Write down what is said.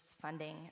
funding